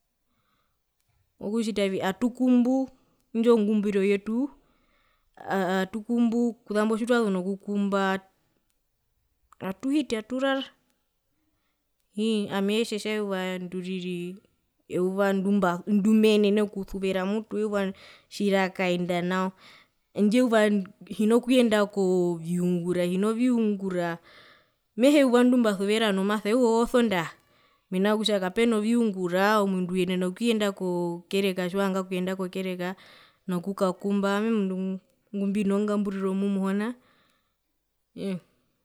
Atukumbu indjo ngumbiro yetu kuzambo tjitwazu nokukumba atuhiti aturara ii ami etjetja eyuva ndumba ndumenene okusuvera mutu eyuva tjirakaenda nao handje eyuva hino kuyenda koviungura hino viungura mehee euva ndimbasuvera nomasa osondaha mena kutja kapena viungura uyenena omundu uyenena okuyenda ko kereka nokukakumba owami omundu ngu ngumbino ngamburiro mumuhona imm.